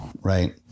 Right